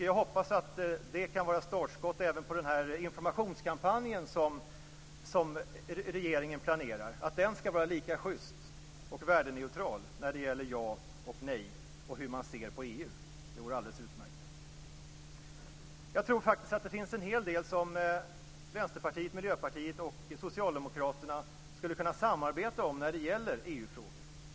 Jag hoppas att det kan vara ett startskott även beträffande den informationskampanj som regeringen planerar och att den kommer att vara lika schyst och värdeneutral när det gäller ja och nej och hur man ser på EU - det vore alldeles utmärkt. Jag tror att det faktiskt finns en hel del som Vänsterpartiet, Miljöpartiet och Socialdemokraterna skulle kunna samarbeta om när det gäller EU-frågor.